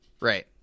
Right